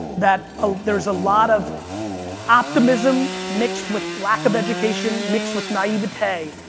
that ah there's a lot of optimism mixed with lack of education, mixed with naivete,